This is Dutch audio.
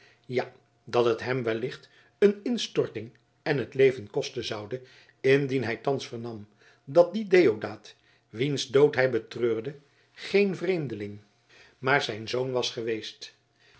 ja dat het hem wellicht een instorting en het leven kosten zoude indien hij thans vernam dat die deodaat wiens dood hij betreurde geen vreemdeling maar zijn zoon was geweest